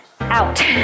out